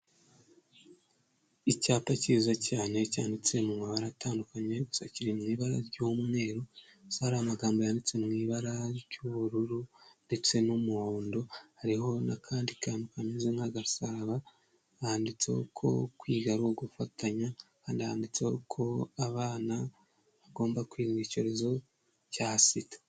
Icyapa kiza cyane cyanditse mu mabara atandukanye gusa kiri mu ibara ry'umweru gusa hari amagambo yanditsew mu ibara ry'ubururu ndetse n'umuhondo, hariho n'akandi kantu kameze nk'a gasabo hantseho ko kwiga ari ugufatanya kandi handitseho ko abana bagomba kwirinda icyorezo cya sida.